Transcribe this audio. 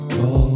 go